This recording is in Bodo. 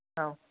औ